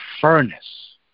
furnace